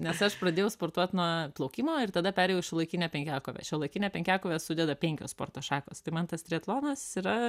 nes aš pradėjau sportuot nuo plaukimo ir tada perėjau į šiuolaikinę penkiakovę šiuolaikinę penkiakovę sudeda penkios sporto šakos tai man tas triatlonas yra